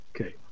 Okay